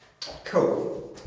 Cool